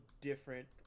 different